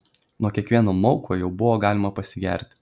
nuo kiekvieno mauko jau buvo galima pasigerti